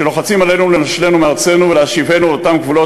שלוחצים עלינו לנשלנו מארצנו ולהשיבנו לאותם גבולות